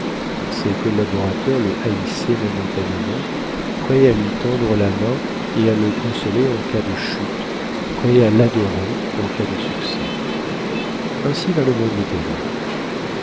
ses collaborateurs le haïssaient momentanément prêts à lui tendre la main et à le consoler en cas de chute prêts à l'adorer en cas de succès ainsi va le monde littéraire